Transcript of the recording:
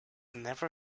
never